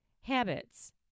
habits